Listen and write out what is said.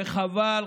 וחבל,